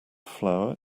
flour